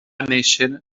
néixer